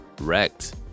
wrecked